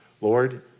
Lord